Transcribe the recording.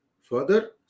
Further